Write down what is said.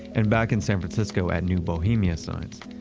and back in san fransisco at new bohemia signs,